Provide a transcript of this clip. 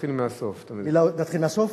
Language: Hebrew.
תתחיל מהסוף, תתחיל מהסוף.